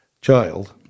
child